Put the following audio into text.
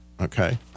Okay